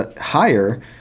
higher